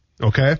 Okay